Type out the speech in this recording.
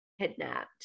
kidnapped